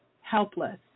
helpless